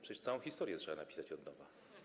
Przecież całą historię trzeba napisać od nowa.